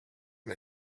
and